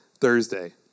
Thursday